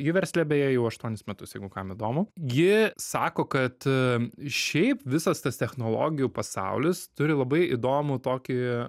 ji versle beje jau aštuonis metus jeigu kam įdomu ji sako kad šiaip visas tas technologijų pasaulis turi labai įdomų tokį